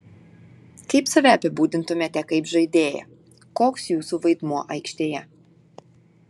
kaip save apibūdintumėte kaip žaidėją koks jūsų vaidmuo aikštėje